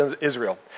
Israel